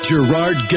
Gerard